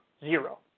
Zero